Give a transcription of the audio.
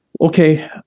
okay